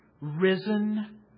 risen